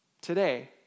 today